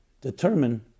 determine